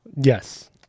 yes